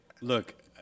look